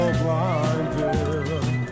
blinded